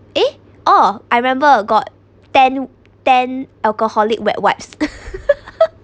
eh oh I remember got ten ten alcoholic wet wipes